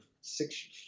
six